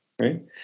right